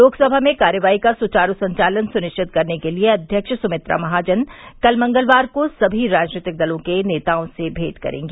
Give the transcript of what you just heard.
लोकसभा में कार्यवाही का सुचारू संचालन सुनिश्चित करने के लिए अध्यक्ष सुमित्रा महाजन कल मंगलवार को सभी राजनीतिक दलों के नेताओं से भेंट करेंगी